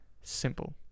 simple